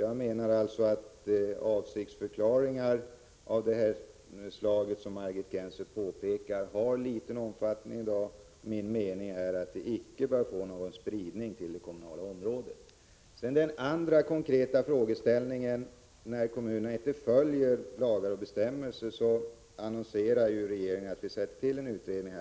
Jag menar alltså att avsiktsförklaringar av det slag som Margit Gennser tar upp har liten omfattning i dag, och min mening är att de inte bör få någon spridning på det kommunala området. Den första konkreta frågeställningen gällde alltså när kommunerna inte följer lagar och bestämmelser. Regeringen annonserar nu att vi sätter till en utredning.